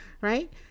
right